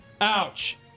ouch